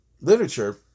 literature